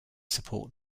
support